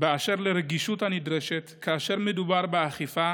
באשר לרגישות הנדרשת כאשר מדובר באכיפה